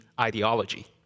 ideology